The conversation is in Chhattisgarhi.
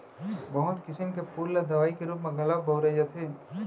बहुत किसम के फूल ल दवई के रूप म घलौ बउरे जाथे